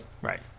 Right